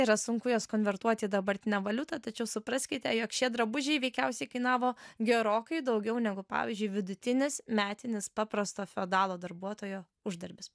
yra sunku jas konvertuoti į dabartinę valiutą tačiau supraskite jog šie drabužiai veikiausiai kainavo gerokai daugiau negu pavyzdžiui vidutinis metinis paprasto feodalo darbuotojo uždarbis